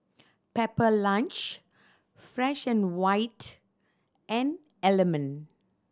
Pepper Lunch Fresh and White and Element